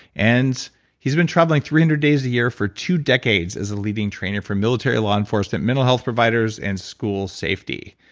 and he's been traveling three hundred days a year for two decades as a leading trainer for military law enforcement mental health providers, and school safety.